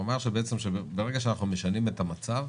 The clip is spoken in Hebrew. הוא אמר שברגע שאנחנו משנים את המצב,